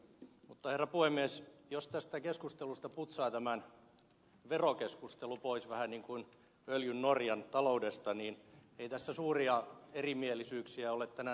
mutta herra puhemies jos tästä keskustelusta putsaa tämän verokeskustelun pois vähän niin kuin öljyn norjan taloudesta niin ei tässä suuria erimielisyyksiä ole tänään näkynyt